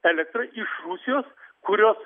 elektrą iš rusijos kurios